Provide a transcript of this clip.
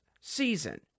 season